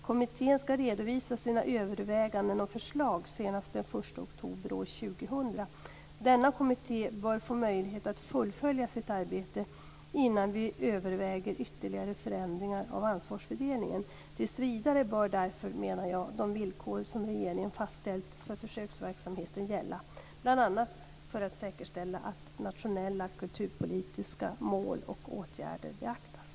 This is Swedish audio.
Kommittén skall redovisa sina överväganden och förslag senast den 1 oktober 2000. Denna kommitté bör få möjlighet att fullfölja sitt arbete innan vi överväger ytterligare förändringar av ansvarsfördelningen. Tills vidare bör därför, menar jag, de villkor som regeringen fastställt för försöksverksamheten gälla, bl.a. för att säkerställa att nationella kulturpolitiska mål och åtgärder beaktas.